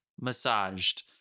massaged